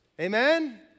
Amen